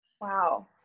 Wow